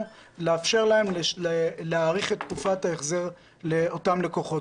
לאפשר להאריך את תקופת ההחזר לאותם לקוחות.